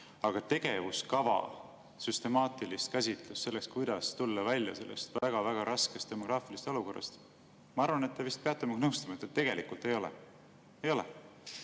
Aga tegevuskava, süstemaatilist käsitlust, kuidas tulla välja sellest väga-väga raskest demograafilisest olukorrast, ma arvan, et te vist peate minuga nõustuma, teil tegelikult ei ole.